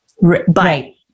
Right